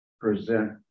present